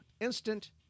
instant